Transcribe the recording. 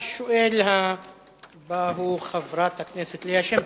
השואלת הבאה היא חברת הכנסת ליה שמטוב.